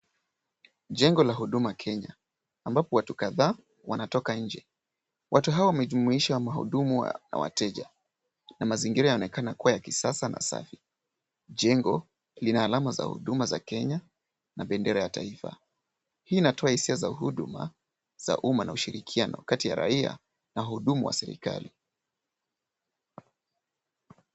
Jengo la Huduma Kenya ambapo watu kadhaa wanatoka nje ,watu hawa wamejumuisha mahudumu na wateja na mazingira yanaoneka ya kisasa na safi ,jengo lina alama za huduma za Kenya na bendera ya taifa ,hii inatoa hisia za huduma za umma na ushirikiano kati ya raia na wahudumu wa serikali.